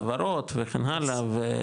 העברות וכן הלאה.